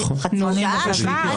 נעשה פה abuse בתקנון הכנסת, בהתנהלות.